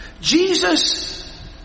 Jesus